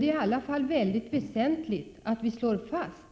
Det är emellertid mycket väsentligt att slå fast